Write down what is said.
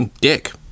Dick